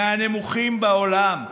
מהנמוכים בעולם.